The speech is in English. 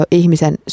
ihmisen